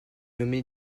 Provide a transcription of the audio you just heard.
nommé